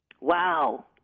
Wow